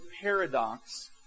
paradox